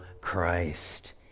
Christ